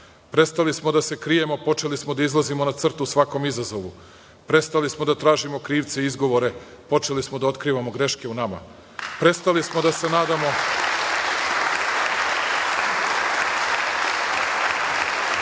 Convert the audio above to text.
Prestali smo da se krijemo, a počeli smo da izlazimo na crtu svakom izazovu. Prestali smo da tražimo krivce i izgovore, a počeli smo da otkrivamo greške u nama. Prestali smo da se nadamo